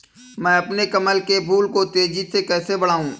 मैं अपने कमल के फूल को तेजी से कैसे बढाऊं?